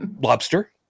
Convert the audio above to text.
lobster